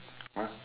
!huh!